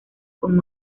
con